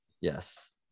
yes